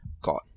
got